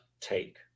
take